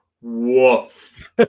Woof